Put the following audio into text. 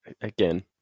Again